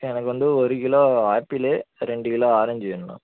எனக்கு வந்து ஒரு கிலோ ஆப்பிளு ரெண்டு கிலோ ஆரஞ்சு வேணும்ண்ணா